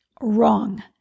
Wrong